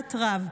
בלהט רב.